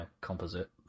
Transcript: composite